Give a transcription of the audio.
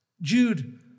Jude